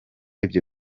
ibyo